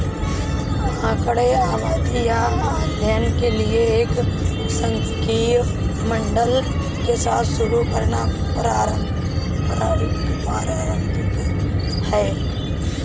आंकड़े आबादी या अध्ययन के लिए एक सांख्यिकी मॉडल के साथ शुरू करना पारंपरिक है